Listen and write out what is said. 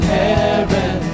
heaven